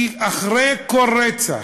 כי אחרי כל רצח,